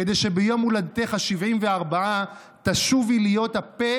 כדי שביום הולדתך ה-74 תשובי להיות הפה